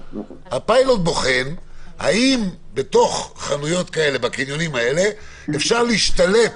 הפיילוט בוחן האם בתוך הקניונים האלה אפשר להשתלט